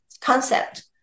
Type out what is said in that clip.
concept